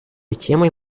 темой